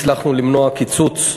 הצלחנו למנוע קיצוץ.